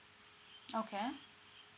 okay